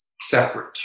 separate